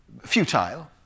Futile